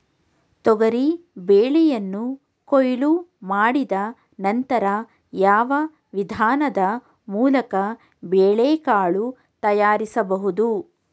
ತೊಗರಿ ಬೇಳೆಯನ್ನು ಕೊಯ್ಲು ಮಾಡಿದ ನಂತರ ಯಾವ ವಿಧಾನದ ಮೂಲಕ ಬೇಳೆಕಾಳು ತಯಾರಿಸಬಹುದು?